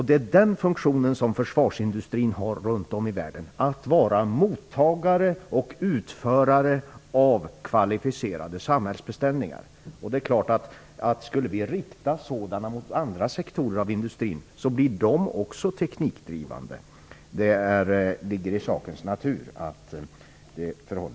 Det är den funktionen försvarsindustrin har runt om i världen, att vara mottagare och utförare av kvalificerade samhällsbeställningar. Skulle vi rikta sådan beställningar mot andra sektorer av industrin, så skulle också de bli teknikdrivande. Det ligger i sakens natur.